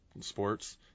sports